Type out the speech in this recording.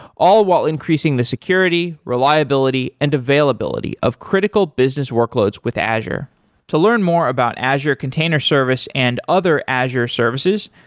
all while increasing the security, reliability and availability of critical business workloads with azure to learn more about azure container service and other azure services,